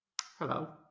Hello